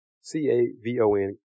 C-A-V-O-N